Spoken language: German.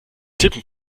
tippen